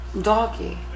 Doggy